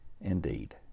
indeed